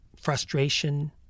frustration